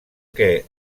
que